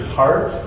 heart